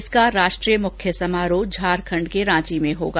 इसका राष्ट्रीय मुख्य समारोह झारखंड के रांची में होगा